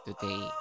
today